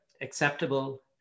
acceptable